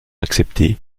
accepter